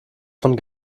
von